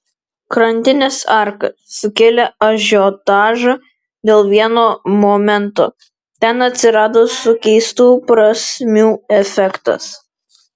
krantinės arka sukėlė ažiotažą dėl vieno momento ten atsirado sukeistų prasmių efektas